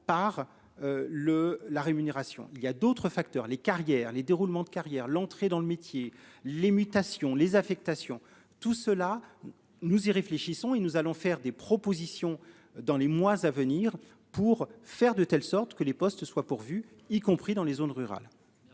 Le la rémunération il y a d'autres facteurs les carrières les déroulements de carrière, l'entrée dans le métier, les mutations les affectations tout cela. Nous y réfléchissons et nous allons faire des propositions dans les mois à venir pour faire de telle sorte que les postes soient pourvus, y compris dans les zones rurales.